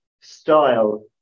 style